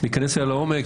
להיכנס אליה לעומק.